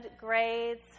grades